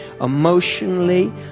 emotionally